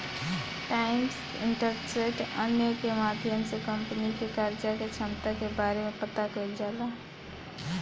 times interest earned के माध्यम से कंपनी के कर्जा के क्षमता के बारे में पता कईल जाला